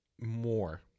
more